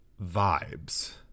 vibes